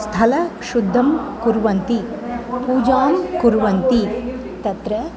स्थलं शुद्धं कुर्वन्ति पूजां कुर्वन्ति तत्र